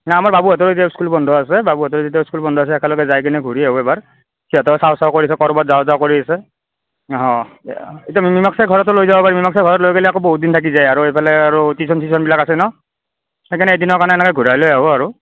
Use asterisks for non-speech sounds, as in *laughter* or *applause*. *unintelligible* আমাৰ বাবুহঁতৰ এতিয়া স্কুল বন্ধ আছে বাবুহঁতৰ এতিয়া স্কুল বন্ধ আছে একেলগে যাইকেনে ঘূৰি আহোঁ এবাৰ সিহঁতে চাওঁ চাওঁ কৈ আছে ক'ৰবাত যাওঁ যাওঁ কৰি আছে অ *unintelligible* ঘৰত লৈ গ'লে আকৌ বহুতদিন থাকি যায় আৰু সেইফালে আৰু টিউচন চিউচনবিলাক আছে ন' সেইকাৰণে এদিনৰ কাৰণে এনেকৈ ঘূৰাই লৈ আহোঁ আৰু